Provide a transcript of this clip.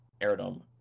aerodome